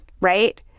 right